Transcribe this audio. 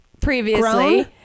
previously